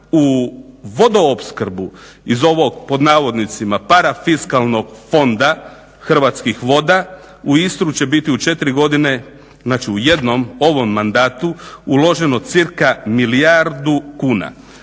u vodoopskrbu iz ovog "parafiskalnog" fonda Hrvatskih voda u Istru će biti u četiri godine, znači u jednom ovom mandatu uloženo cirka milijardu kuna.